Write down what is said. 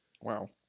Wow